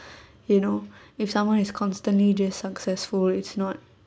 you know if someone is constantly just successful it's not